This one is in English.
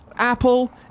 Apple